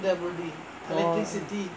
oh